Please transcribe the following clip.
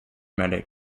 medic